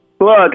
look